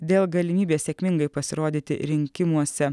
dėl galimybės sėkmingai pasirodyti rinkimuose